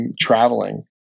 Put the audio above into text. traveling